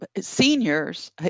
seniors